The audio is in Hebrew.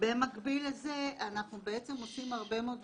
במקביל לזה אנחנו עושים הרבה מאוד דברים.